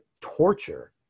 torture